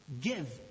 give